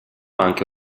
anche